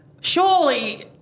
surely